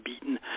beaten